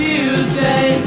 Tuesday